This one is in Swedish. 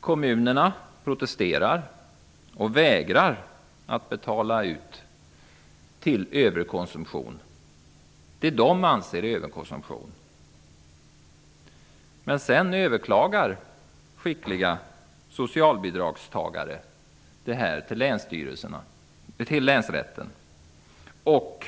Kommunerna protesterar och vägrar att betala ut pengar till vad de anser vara överkonsumtion. Men skickliga socialbidragstagare överklagar till länsrätten, och